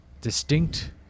distinct